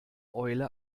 eule